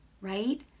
right